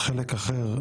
לגבי חלק אחר,